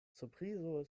surprizo